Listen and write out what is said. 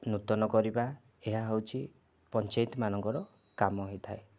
ନୂତନ କରିବା ଏହା ହେଉଛି ପଞ୍ଚାୟତମାନଙ୍କର କାମ ହୋଇଥାଏ